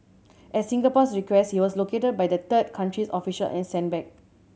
at Singapore's request he was located by the third country's official and sent back